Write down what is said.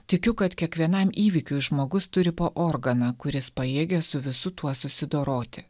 tikiu kad kiekvienam įvykiui žmogus turi po organą kuris pajėgia su visu tuo susidoroti